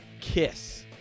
Kiss